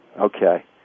Okay